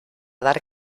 dar